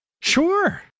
Sure